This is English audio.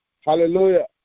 Hallelujah